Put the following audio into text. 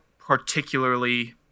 particularly